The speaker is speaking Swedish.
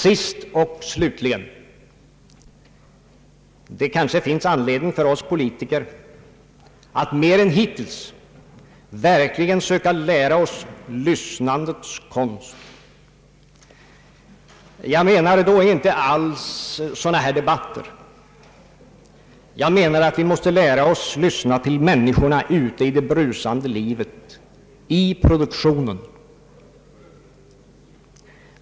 Sist och slutligen: det kanske finns anledning för oss politiker att mer än hittills verkligen söka lära oss lyssnandets konst. Jag avser då inte alls sådana här debatter — jag menar att vi måste lära oss lyssna till människorna ute i det brusande livet, i produktionen.